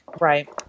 right